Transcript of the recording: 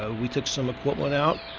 ah we took some equipment out.